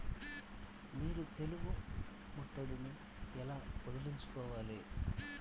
మీరు తెగులు ముట్టడిని ఎలా వదిలించుకోవాలి?